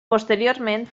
posteriorment